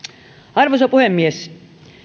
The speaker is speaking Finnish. arvoisa puhemies